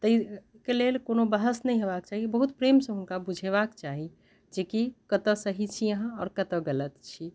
ताहिके लेल कओनो बहस नहि होयबाक चाही बहुत प्रेमसँ हुनका बुझयबाक चाही जेकि कतऽ सही छी अहाँ आओर कतऽ गलत छी